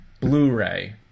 blu-ray